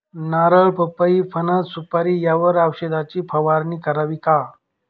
नारळ, पपई, फणस, सुपारी यावर औषधाची फवारणी करावी का?